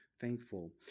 thankful